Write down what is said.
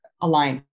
aligned